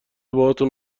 باهاتون